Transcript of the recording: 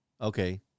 Okay